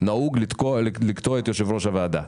ראוי לקטוע את יושב-ראש הוועדה.